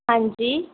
ਹਾਂਜੀ